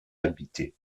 habité